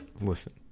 Listen